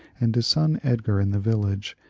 and his son edgar in the village,